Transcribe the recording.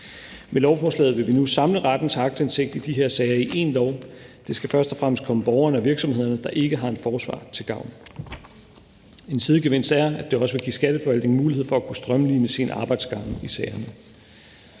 Med lovforslaget vil vi nu samle rettens aktindsigt i de her sager i én lov. Det skal først og fremmest komme borgerne og virksomhederne, der ikke har en forsvarer, til gavn. En sidegevinst er, at det også vil give Skatteforvaltningen mulighed for at strømline sine arbejdsgange i sagerne.